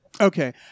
okay